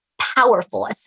powerful